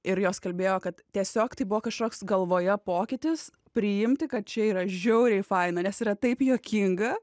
ir jos kalbėjo kad tiesiog tai buvo kažkoks galvoje pokytis priimti kad čia yra žiauriai faina nes yra taip juokinga